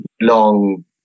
long